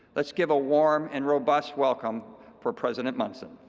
let's give a warm and robust welcome for president munson.